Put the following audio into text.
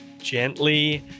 gently